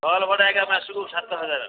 stall ଭଡ଼ା ଆଜ୍ଞା ମାସକୁ ସାତ ହଜାର